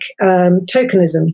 tokenism